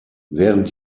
während